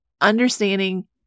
Understanding